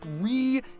re